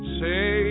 say